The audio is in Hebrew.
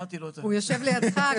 הוא יושב לידך,